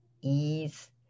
ease